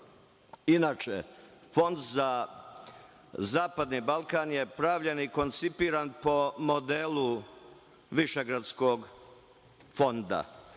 protiv. Inače, Fond za zapadni Balkan je pravljen i koncipiran po modelu Višegradskog fonda.